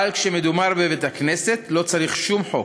אבל כשמדובר בבית-הכנסת לא צריך שום חוק?